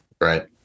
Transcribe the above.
right